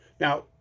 Now